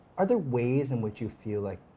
are there ways in which you feel like